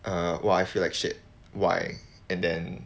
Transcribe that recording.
ah what I feel like shit why and then